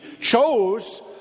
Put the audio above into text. chose